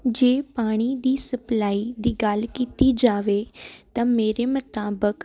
ਜੇ ਪਾਣੀ ਦੀ ਸਪਲਾਈ ਦੀ ਗੱਲ ਕੀਤੀ ਜਾਵੇ ਤਾਂ ਮੇਰੇ ਮੁਤਾਬਕ